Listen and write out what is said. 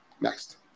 Next